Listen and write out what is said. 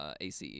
ACE